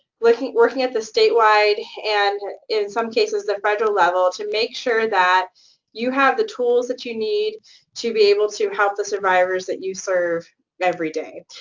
working working at the statewide and, in some cases, the federal level to make sure that you have the tools that you need to be able to help the survivors that you serve every day.